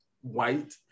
white